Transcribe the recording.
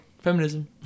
feminism